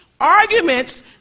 arguments